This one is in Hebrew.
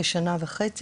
כשנה וחצי,